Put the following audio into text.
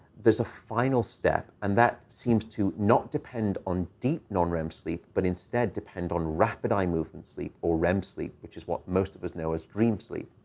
there's a final step. and that seemed to not depend on deep non-rem sleep but instead depend on rapid eye movement sleep or rem sleep, which is what most of us know as dream sleep.